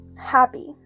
happy